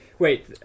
Wait